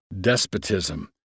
despotism